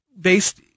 based